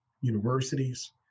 universities